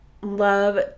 love